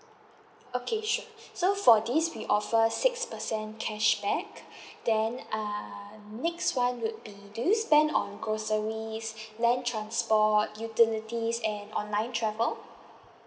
okay sure so for this we offer six percent cashback then uh next one would be do you spend on groceries land transport utilities and online travel